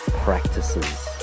practices